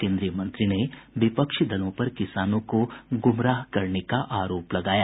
केन्द्रीय मंत्री ने विपक्षी दलों पर किसानों को गुमराह करने का आरोप लगाया